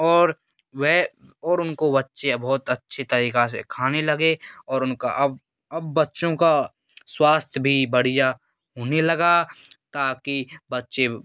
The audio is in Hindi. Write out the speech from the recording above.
और वेह और उनको बच्चे बहुत अच्छी तरीका से खाने लगे और उनका अव अब बच्चों का स्वास्थय भी बढ़िया होने लगा ताकि बच्चे